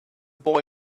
boy